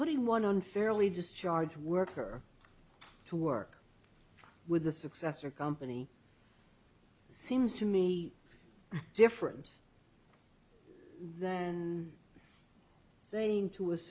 putting one unfairly discharged worker to work with the successor company seems to me different than saying to